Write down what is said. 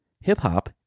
Hip-hop